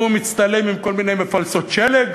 הוא מצטלם עם כל מיני מפלסות שלג.